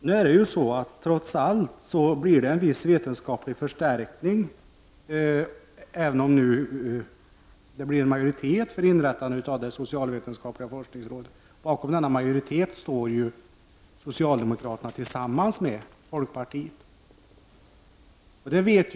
Herr talman! Trots allt blir det en viss vetenskaplig förstärkning, även om det nu finns majoritet för inrättande av ett socialvetenskapligt forskningsråd. Denna majoritet består av socialdemokraterna tillsammans med folkpartiet.